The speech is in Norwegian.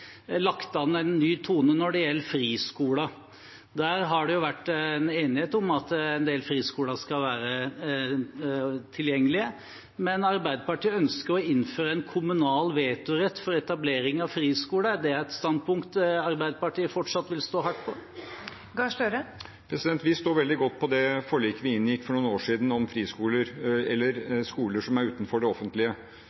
lagt an en ny tone når det gjelder friskoler. Det har vært enighet om at en del friskoler skal være tilgjengelige, men Arbeiderpartiet ønsker å innføre en kommunal vetorett for etablering av friskoler. Er det et standpunkt Arbeiderpartiet fortsatt vil stå hardt på? Vi står veldig godt på det forliket vi inngikk for noen år siden om friskoler, eller